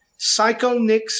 Psychonix